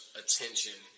attention